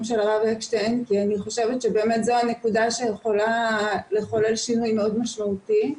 של הרב אקשטיין כי אני חושבת שזו הנקודה שיכולה לחולל שינוי משמעותי.